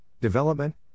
development